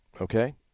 Okay